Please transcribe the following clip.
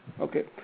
Okay